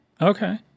Okay